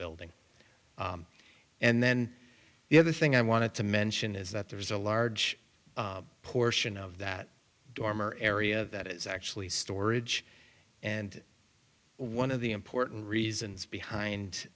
building and then the other thing i wanted to mention is that there's a large portion of that dormer area that is actually storage and one of the important reasons behind